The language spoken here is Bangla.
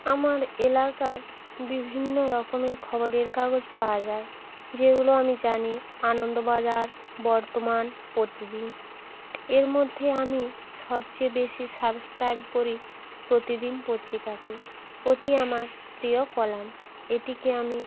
আমার এলাকায় বিভিন্ন রকমের খবরের কাগজ পাওয়া যায় যেগুলো আমি জানি আনন্দবাজার বর্তমান প্রতিদিন এর মধ্যে আমি সবচেয়ে বেশি সাবস্ক্রাইব করি প্রতিদিন পত্রিকাটি ওটি আমার প্রিয় কলাম এটিকে আমি